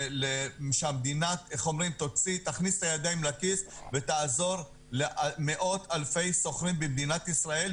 שהמדינה תכניס את הידיים לכיס ותעזור למאות אלפי שוכרים במדינת ישראל,